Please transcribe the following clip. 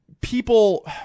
people